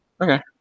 Okay